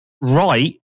right